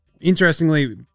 interestingly